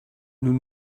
nous